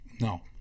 No